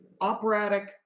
operatic